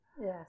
Yes